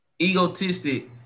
egotistic